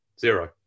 zero